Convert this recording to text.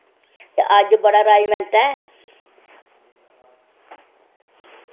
ते अज्ज बड़ा अरेंज़मैंट ऐ